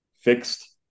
fixed